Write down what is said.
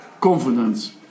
confidence